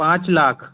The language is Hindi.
पाँच लाख